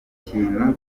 kintu